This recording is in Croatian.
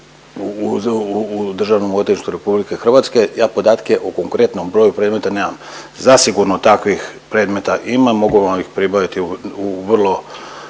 je kazneno djelo koje se goni u DORH-u, ja podatke o konkretnom broju predmeta nemam. Zasigurno takvih predmeta ima, mogu vam ih pribaviti u vrlo